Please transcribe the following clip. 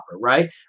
right